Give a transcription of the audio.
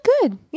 good